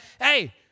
hey